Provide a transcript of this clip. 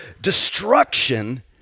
destruction